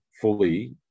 fully